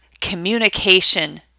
communication